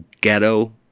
ghetto